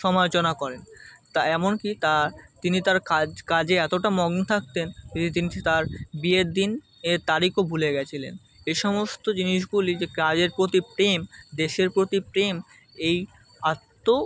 সমালোচনা করেন তা এমন কি তা তিনি তার কাজ কাজে এতোটা মগ্ন থাকতেন যে তিনি তার বিয়ের দিন এর তারিখও ভুলে গেছিলেন এ সমস্ত জিনিসগুলি যে কাজের প্রতি প্রেম দেশের প্রতি প্রেম এই আত্ম